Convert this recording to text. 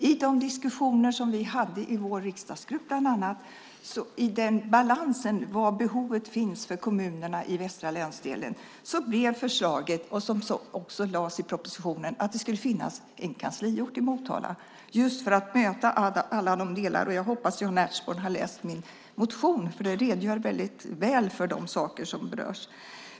I de diskussioner som vi hade i vår riksdagsgrupp om balansen och var behovet fanns för kommunerna i västra länsdelen blev förslaget, som också lades fram i propositionen, att det skulle finnas en kansliort i Motala just för att möta alla delar. Jag hoppas att Jan Ertsborn har läst min motion, där jag redogör väldigt väl för de saker som berörs.